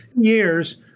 years